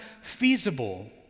feasible